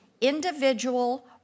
individual